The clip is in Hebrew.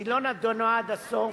היא לא נדונה עד הסוף,